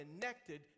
connected